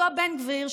אותו בן גביר,